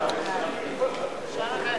סעיף 1 נתקבל.